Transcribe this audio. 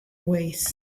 weights